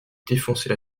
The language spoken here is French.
défoncer